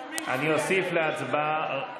אני אוסיף להצבעה,